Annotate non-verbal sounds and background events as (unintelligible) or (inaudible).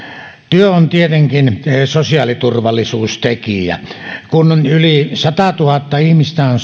työ on tietenkin sosiaaliturvallisuustekijä kun yli satatuhatta ihmistä on (unintelligible)